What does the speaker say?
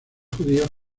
judíos